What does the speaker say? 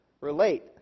relate